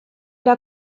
der